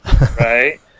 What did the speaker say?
right